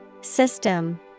System